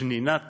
פנינת